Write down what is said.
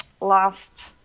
last –